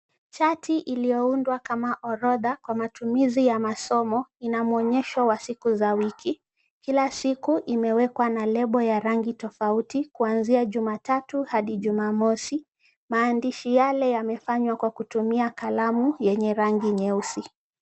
Shati iliyoundwa kama orodha kwa matumizi ya masomo, ina mwonyesho wa siku za wiki. Kila siku, imewekwa na lebo ya rangi tofauti kuanzia Jumatatu hadi Jumamosi, maandishi yale yamefanywa kwa kutumia kalamu yenye rangi nyeusi.